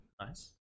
Nice